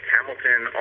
Hamilton